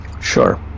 Sure